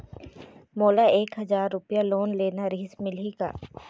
मोला एक हजार रुपया लोन लेना रीहिस, मिलही का?